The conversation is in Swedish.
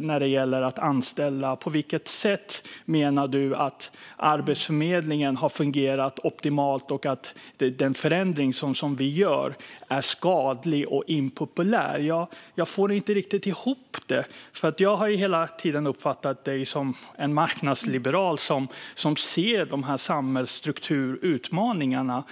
när det gäller att anställa? På vilket sätt menar du att Arbetsförmedlingen har fungerat optimalt och att den förändring som vi gör är skadlig och impopulär? Jag får inte riktigt ihop det, för jag har hela tiden uppfattat dig som en marknadsliberal, som ser de här samhällsstrukturutmaningarna.